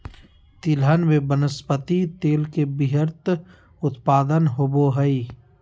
तिलहन में वनस्पति तेल के वृहत उत्पादन होबो हइ